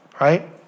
right